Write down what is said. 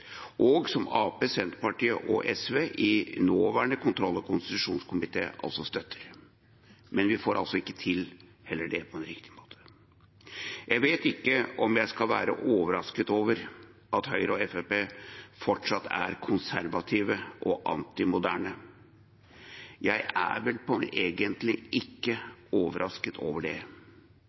og SV i nåværende kontroll- og konstitusjonskomité altså støtter. Men vi får altså heller ikke til det på en riktig måte. Jeg vet ikke om jeg skal være overrasket over at Høyre og Fremskrittspartiet fortsatt er konservative og antimoderne. Jeg er vel egentlig ikke overrasket over det.